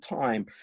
time